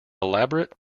elaborate